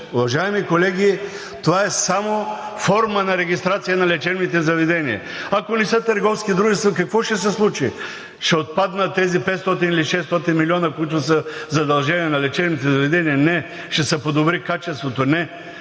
Уважаеми колеги, това е само форма на регистрация на лечебните заведения. Ако не са търговски дружества, какво ще се случи? Ще отпаднат тези 500 или 600 милиона, които са задължения на лечебните заведения? Не! Ще се подобри качеството? Не!